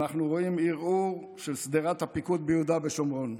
אנחנו רואים ערעור של שדרת הפיקוד ביהודה ושומרון.